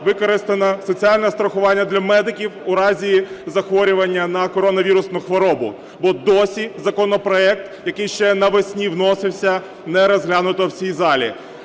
використане соціальне страхування для медиків у разі захворювання на коронавірусну хворобу, бо досі законопроект, який ще навесні вносився, не розглянутий в цьому залі,